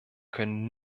können